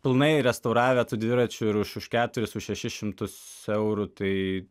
pilnai restauravę tų dviračių ir už už keturis už šešis šimtus eurų tai